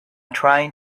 trying